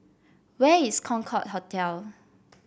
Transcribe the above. where is Concorde Hotel